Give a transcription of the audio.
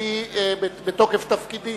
לי בתוקף תפקידי,